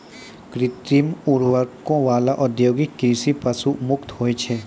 कृत्रिम उर्वरको वाला औद्योगिक कृषि पशु मुक्त होय छै